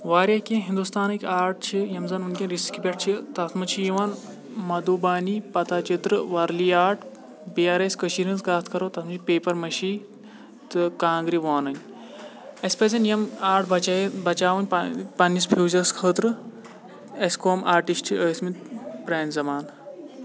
وارِیاہ کیٚنٛہہ ہِندوستانٕکۍ آرٹ چھِ یِم زَن وُنکیٚن رِسکہِ پؠٹھ چھِ تَتھ منٛز چھِ یِوان مَدوبانی پَتاچِتر وَرلِیاٹ بیٚیہِ اَگَر أسۍ کٔشیٖرِ ہٕنٛز کَتھ کَرو تَتھ منٛز چھِ پؠپَر مٲشی تہٕ کانٛگرِ ووٗنٕنۍ اَسہِ پَزَن یِم آرٹ بَچٲوِتھ بَچاوُن پَنٕنِس فیٛوٗچرَس خٲطرٕ اَسہِ کٔم آرٹِسٹ چھِ ٲسۍمٕتۍ پرٛانہِ زَمانہٕ